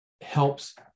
helps